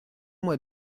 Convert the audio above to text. moi